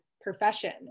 profession